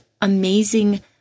amazing